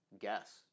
Guess